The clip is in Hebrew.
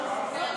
76),